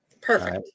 Perfect